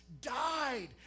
died